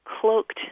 cloaked